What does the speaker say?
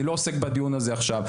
אני לא עוסק בדיון הזה עכשיו,